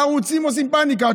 הערוצים עושים פניקה.